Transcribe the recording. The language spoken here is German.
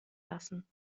lassen